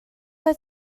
oedd